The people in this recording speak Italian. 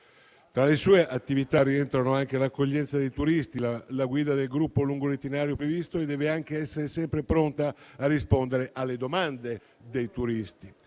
Tra le sue attività rientrano anche l'accoglienza dei turisti, la guida del gruppo lungo l'itinerario previsto e deve anche essere sempre pronta a rispondere alle domande dei turisti.